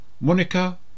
Monica